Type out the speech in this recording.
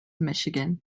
michigan